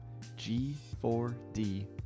g4d